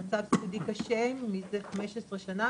במצב סיעודי קשה מזה 15 שנה.